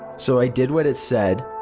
so i did what it said.